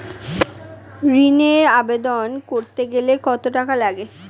ঋণের আবেদন করতে গেলে কত টাকা লাগে?